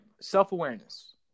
Self-awareness